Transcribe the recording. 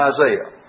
Isaiah